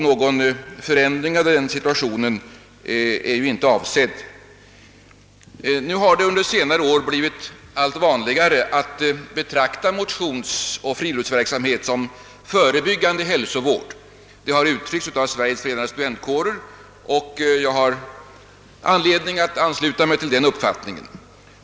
Någon förändring av denna situation är inte avsedd. Det har under senare år blivit allt vanligare att betrakta motionsoch friluftsverksamhet som förebyggande hälsovård. Detta har uttryckts av Sveriges förenade studentkårer och jag har anledning ansluta mig till den wuppfattningen.